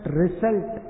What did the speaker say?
result